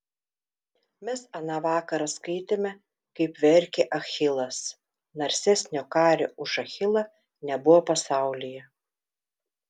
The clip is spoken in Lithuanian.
mes aną vakarą skaitėme kaip verkė achilas narsesnio kario už achilą nebuvo pasaulyje